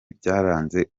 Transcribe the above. byaranze